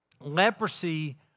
leprosy